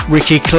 Ricky